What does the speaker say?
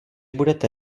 budete